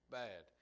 bad